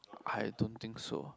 I don't think so